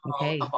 Okay